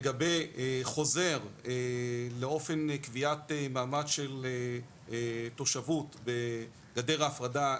לגבי חוזר לאופן קביעת מעמד של תושבות בגדר ההפרדה,